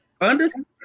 understand